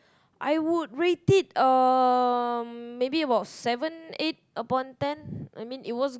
I would rate it um maybe about seven eight upon ten I mean it was